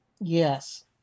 Yes